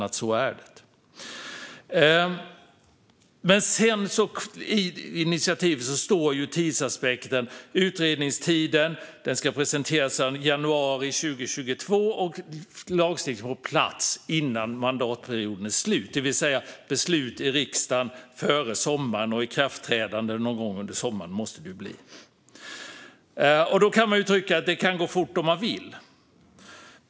Vidare står det om tidsaspekten i initiativet att utredningen ska presenteras i januari 2022 och lagstiftningen vara på plats innan mandatperioden är slut, det vill säga beslut i riksdagen före sommaren och ikraftträdande någon gång under sommaren. Så måste det bli. Man kan tycka att det kan gå fort, om man vill.